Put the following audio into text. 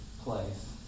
place